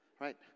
Right